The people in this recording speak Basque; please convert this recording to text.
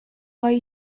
gai